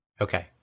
Okay